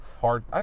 hard